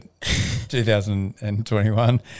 2021